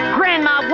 Grandma